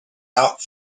out